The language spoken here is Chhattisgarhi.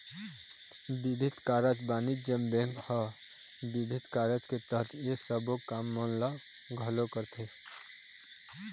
बिबिध कारज बानिज्य बेंक ह बिबिध कारज के तहत ये सबो काम मन ल घलोक करथे